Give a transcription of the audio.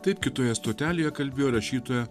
taip kitoje stotelėje kalbėjo rašytoja